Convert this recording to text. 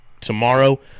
tomorrow